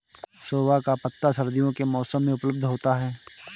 सोआ का पत्ता सर्दियों के मौसम में उपलब्ध होता है